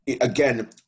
again